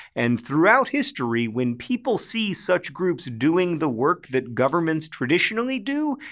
and throughout history, when people see such groups doing the work that governments traditionally do,